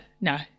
no